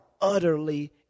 utterly